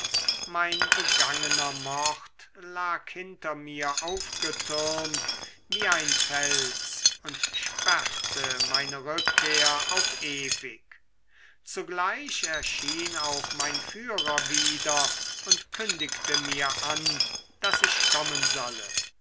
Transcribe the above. mein begangener mord lag hinter mir aufgetürmt wie ein fels und sperrte meine rückkehr auf ewig zugleich erschien auch mein führer wieder und kündigte mir an daß ich kommen solle